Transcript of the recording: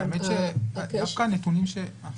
האמת שדווקא הנתונים אה,